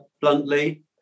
bluntly